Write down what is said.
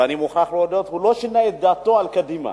ואני מוכרח להודות, הוא לא שינה את דעתו על קדימה.